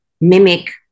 mimic